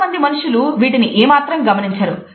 చాలామంది మనుషులు వీటిని ఏమాత్రం గమనించరు